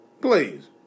Please